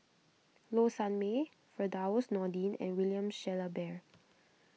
Low Sanmay Firdaus Nordin and William Shellabear